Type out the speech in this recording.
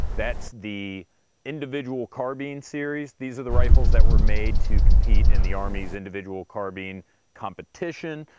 that's the individual carbine series. these are the rifles that were made to compete in the army's individual carbine competition.